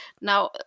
Now